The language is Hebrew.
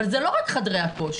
אבל זה לא רק חדרי הכושר.